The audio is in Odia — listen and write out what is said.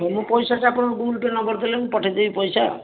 ହଁ ମୁଁ ପଇସାଟା ଆପଣ ଗୁଗୁଲ୍ ପେ ନମ୍ବର୍ ଦେଲେ ମୁଁ ପଠେଇଦେବି ପଇସା